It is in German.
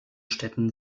städten